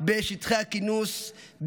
בשטחי הכינוס,